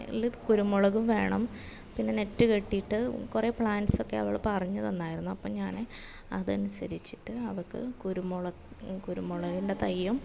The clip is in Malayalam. കുരുമുളകും വേണം പിന്നെ നെറ്റ് കെട്ടിയിട്ട് കുറേ പ്ലാൻസ് ഒക്കെ അവൾ പറഞ്ഞു തന്നായിരുന്നു അപ്പം ഞാൻ അതനുസരിച്ചിട്ട് അവൾക്ക് കുരുമു കുരുമുളകിൻ്റെ തൈയും